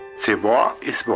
the war is won,